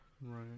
Right